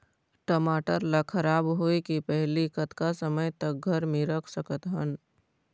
टमाटर ला खराब होय के पहले कतका समय तक घर मे रख सकत हन?